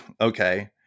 Okay